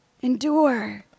endure